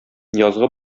язгы